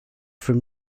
from